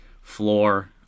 floor